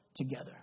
together